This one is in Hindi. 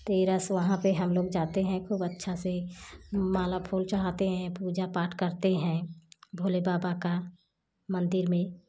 तेरस वहाँ पर हम लोग जाते हैं खूब अच्छा से माला फूल चढ़ाते हैं पूजा पाठ करते हैं भोले बाबा का मंदिर में